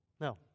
No